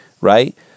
right